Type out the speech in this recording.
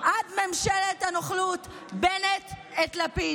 עד ממשלת הנוכלות בנט את לפיד,